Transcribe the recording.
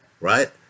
Right